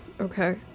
Okay